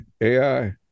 AI